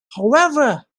however